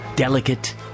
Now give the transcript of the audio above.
Delicate